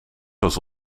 was